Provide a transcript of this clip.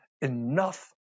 enough